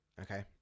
Okay